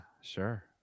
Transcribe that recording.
Sure